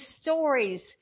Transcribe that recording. stories